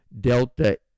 Delta